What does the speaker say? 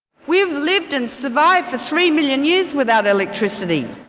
we've lived and survived for three million years without electricity.